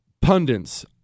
pundits